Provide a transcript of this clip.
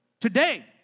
today